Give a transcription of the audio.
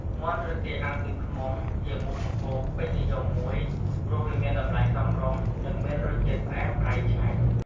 មាន់ឬទាអាំងទឹកឃ្មុំ ជាមុខម្ហូបពេញនិយមមួយ ព្រោះវាមានតម្លៃសមរម្យនិងមានរសជាតិផ្អែមប្រៃឆ្ងាញ់។